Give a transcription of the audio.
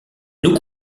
nous